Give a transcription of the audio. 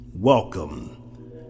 Welcome